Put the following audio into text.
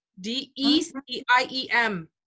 D-E-C-I-E-M